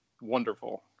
wonderful